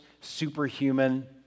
superhuman